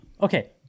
okay